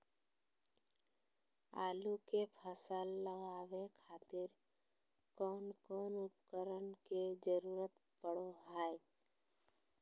आलू के फसल लगावे खातिर कौन कौन उपकरण के जरूरत पढ़ो हाय?